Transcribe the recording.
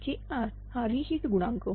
Kr हा रि heat गुणांक